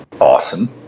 awesome